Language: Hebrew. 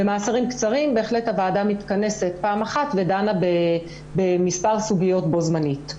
במאסרים קצרים בהחלט הוועדה מתכנסת פעם אחת ודנה במספר סוגיות בו זמנית.